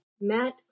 Matt